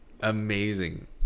amazing